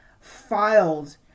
filed